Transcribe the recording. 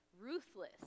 ruthless